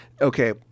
Okay